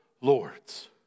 lords